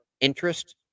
interest